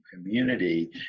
community